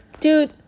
dude